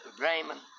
Raymond